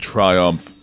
Triumph